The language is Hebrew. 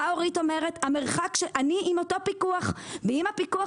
באה אורית ואומרת שהיא עם פיקוח ואם הפיקוח